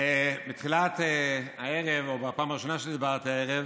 בתחילת הערב או בפעם הראשונה שדיברתי הערב,